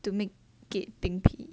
to make it 冰皮